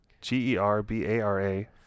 g-e-r-b-a-r-a